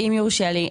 אם יורשה לי,